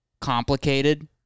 complicated